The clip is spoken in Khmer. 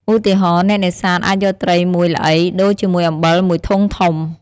ឧទាហរណ៍ អ្នកនេសាទអាចយកត្រីមួយល្អីដូរជាមួយអំបិលមួយធុងធំ។